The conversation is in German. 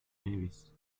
nevis